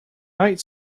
night